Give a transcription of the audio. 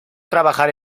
trabajar